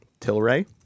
Tilray